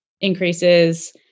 increases